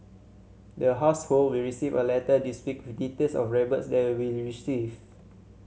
there household will receive a letter this week with details of rebates there'll we receive